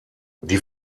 die